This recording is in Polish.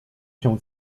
się